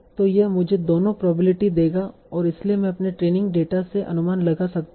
तो यह मुझे दोनों प्रोबेबिलिटी देगा और इसलिए मैं अपने ट्रेनिंग डेटा से अनुमान लगा सकता हूं